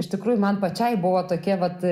iš tikrųjų man pačiai buvo tokie vat